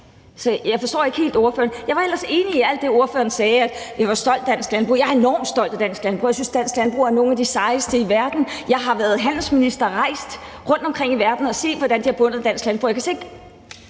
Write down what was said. jeg forstår ikke helt ordføreren. Jeg var ellers enig i alt det, ordføreren sagde om at være stolt af dansk landbrug. Jeg er enormt stolt af dansk landbrug, og jeg synes, at dansk landbrug er et af de sejeste i verden. Jeg har været handelsminister og er rejst rundtomkring i verden og set, hvordan de har beundret dansk landbrug,